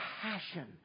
passion